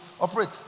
operate